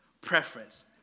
preference